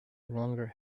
longer